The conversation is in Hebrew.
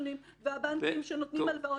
--- והבנקים שנותנים הלוואות,